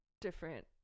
different